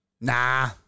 Nah